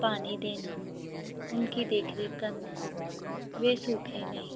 पानी देना उनकी देखरेख करना वे सूखे नहीं